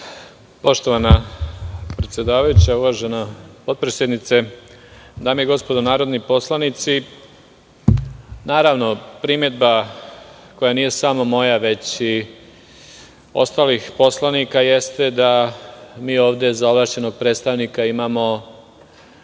Poštovana predsedavajuća, uvažena potpredsednice, dame i gospodo narodni poslanici, primedba, koja nije samo moja već i ostalih poslanika, jeste da mi ovde za ovlašćenog predstavnika imamo